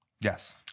Yes